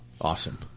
awesome